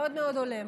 מאוד מאוד הולם.